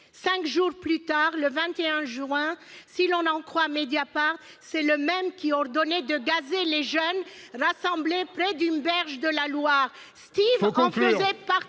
Cinq jours plus tard, le 21 juin, si l'on en croit Mediapart c'est le même qui ordonnait de gazer les jeunes rassemblés près d'une berge de la Loire. Il faut conclure